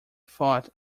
thought